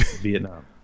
Vietnam